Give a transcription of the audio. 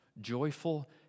joyful